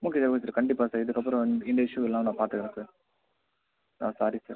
okay sir okay sir கண்டிப்பாக sir இதுக்கப்புறம் இந் இந்த இஷ்யு இல்லாமல் நான் பார்த்துக்குறேன் சார் சாரி சார்